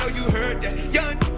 you heard that young.